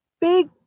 big